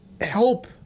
help